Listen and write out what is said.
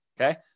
Okay